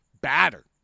batter